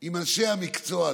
היא עם אנשי המקצוע דווקא,